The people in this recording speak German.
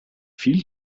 viel